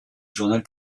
journal